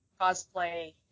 cosplay